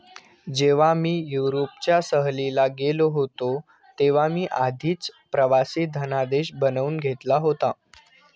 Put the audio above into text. जेव्हा मी युरोपच्या सहलीला गेलो होतो तेव्हा मी आधीच प्रवासी धनादेश बनवून घेतला होता